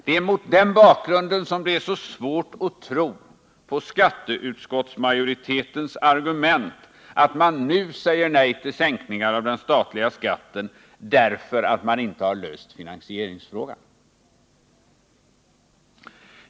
Det är mot den bakgrunden som det är svårt att tro på skatteutskottsmajoritetens argument att man nu säger nej till sänkningar av den statliga skatten, därför att finansieringsfrågor inte har lösts.